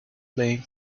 playing